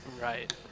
Right